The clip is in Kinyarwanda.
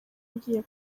ngiye